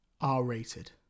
R-rated